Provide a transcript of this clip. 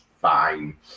fine